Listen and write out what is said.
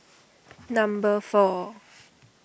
number four